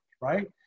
right